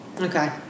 Okay